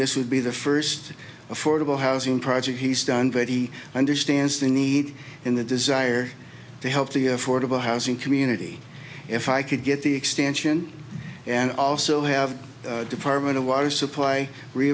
this would be the first affordable housing project he's done very understands the need in the desire to help the affordable housing community if i could get the extension and also have department of water supply re